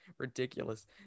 ridiculous